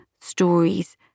stories